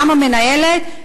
גם המנהלת.